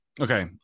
okay